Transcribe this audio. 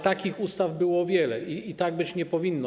Takich ustaw było wiele i tak być nie powinno.